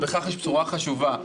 בכך יש בשורה חשובה.